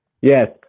yes